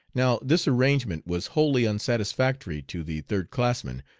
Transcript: now this arrangement was wholly unsatisfactory to the third-classman,